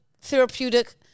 therapeutic